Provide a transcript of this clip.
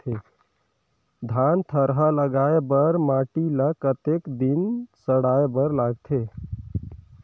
धान थरहा लगाय बर माटी ल कतेक दिन सड़ाय बर लगथे?